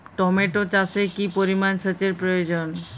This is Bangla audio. টমেটো চাষে কি পরিমান সেচের প্রয়োজন?